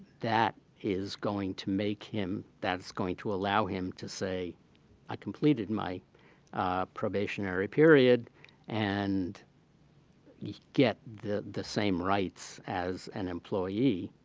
that is going to make him that is going to allow him to say i completed my probationary period and yeah get the the same rights as an employee,